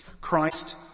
Christ